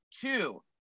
Two